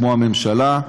כמו הממשלה,